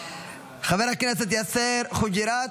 חבר הכנסת יאסר חוג'יראת,